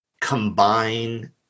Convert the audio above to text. combine